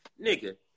Nigga